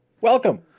Welcome